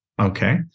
Okay